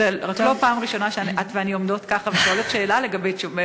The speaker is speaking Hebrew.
זו רק לא פעם ראשונה שאת ואני עומדות ככה ומקבלות תשובה לא מספקת.